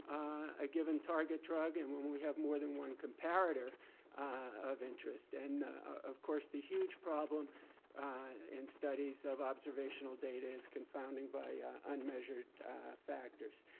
a given target drug and when when we have more than one and comparator of interest and of course the huge problem in studies of observational data is confounding by unmeasured factors.